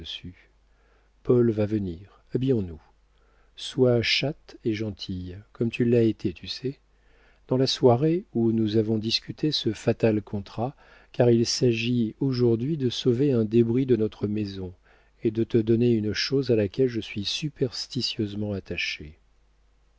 paul va venir habillons-nous sois chatte et gentille comme tu l'as été tu sais dans la soirée où nous avons discuté ce fatal contrat car il s'agit aujourd'hui de sauver un débris de notre maison et de te donner une chose à laquelle je suis superstitieusement attachée